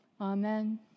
Amen